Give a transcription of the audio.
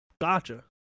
Gotcha